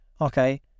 Okay